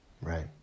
right